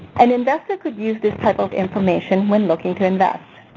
an investor could use this type of information when looking to invest.